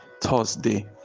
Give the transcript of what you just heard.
Thursday